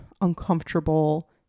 uncomfortable